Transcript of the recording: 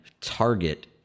target